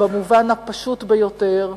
במובן הפשוט ביותר,